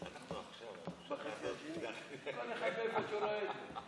כמו שאתה, אני נשאר איתך.